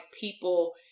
people